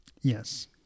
Yes